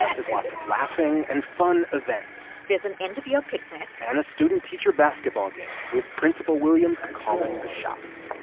ah there's lots of laughing and fun events there's an end-of-year picnic and a student-teacher basketball game with principal williams calling the shots